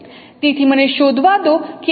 તેથી મને શોધવા દો કે આ રજૂઆત કેવી રીતે શક્ય છે